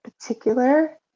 particular